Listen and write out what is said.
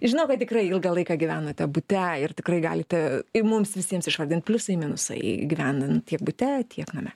žinau kad tikrai ilgą laiką gyvenote bute ir tikrai galite ir mums visiems išvardint pliusai minusai gyvenant tiek bute tiek name